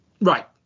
Right